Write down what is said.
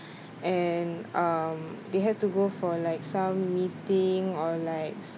and um they had to go for like some meeting or like